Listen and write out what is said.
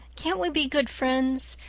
can't we be good friends?